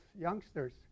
youngsters